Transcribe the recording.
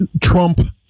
Trump